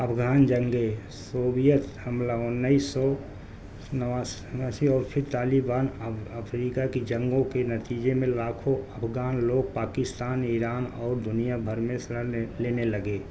افغان جنگیں صوبیت حملہ انیس سو نواسی اور پھر طالبان افریقہ کی جنگوں کے نتیجے میں لاکھو افغان لوگ پاکستان ایران اور دنیا بھر میں شرن لینے لگے